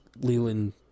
Leland